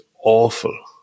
awful